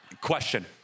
question